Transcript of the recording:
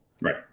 Right